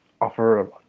offer